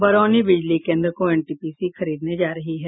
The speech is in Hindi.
बरौनी बिजली केंद्र को एनटीपीसी खरीदने जा रही है